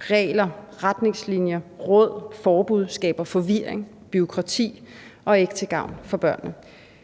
Regler, retningslinjer, råd, forbud skaber forvirring og bureaukrati og er ikke til gavn for børnene.